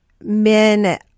men